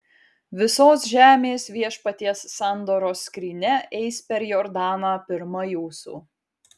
visos žemės viešpaties sandoros skrynia eis per jordaną pirma jūsų